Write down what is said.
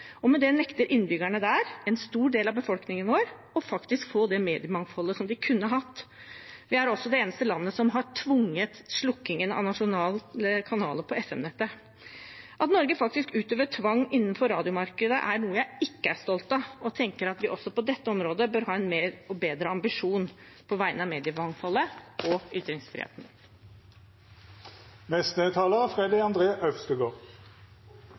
og med det nekter innbyggerne der, en stor del av befolkningen vår, faktisk å få det mediemangfoldet som de kunne hatt. Vi er også det eneste landet som har framtvunget slukkingen av nasjonale kanaler på FM-nettet. At Norge utøver tvang innenfor radiomarkedet, er noe jeg ikke er stolt av, og tenker at vi også på dette området bør ha bedre ambisjoner på vegne av mediemangfoldet og